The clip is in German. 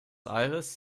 aires